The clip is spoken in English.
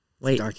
Wait